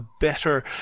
better